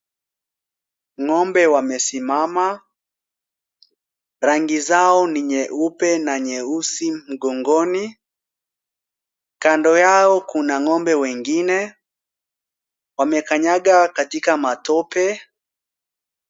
Ng'ombe wamesimama, rangi zao ni nyeupe na nyeusi mgongoni. Kando yao kuna ng'ombe wengine. Wamekanyaga katika matope.